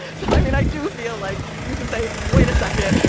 so, i mean, i do feel like you can say, wait a second.